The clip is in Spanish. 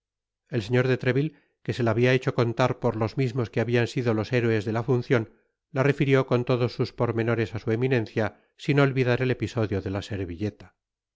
el señor de treville que se la habia hecho contar por los mismos que habian sido los héroes de la funcion la refirió con todos sus pormenores á su eminencia sin olvidar el episodio de la servilleta